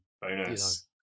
Bonus